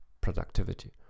productivity